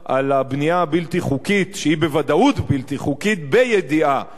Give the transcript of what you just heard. הבנייה הבלתי-חוקית שהיא בוודאות בלתי חוקית בידיעה,